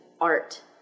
art